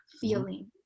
feeling